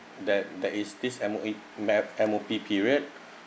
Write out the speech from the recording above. that that is this M_O_E map M_O_P period